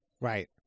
right